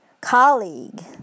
colleague